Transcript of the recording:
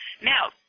now